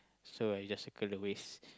so I just circle the waste